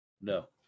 No